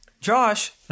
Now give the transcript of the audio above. josh